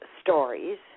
stories